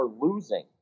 losing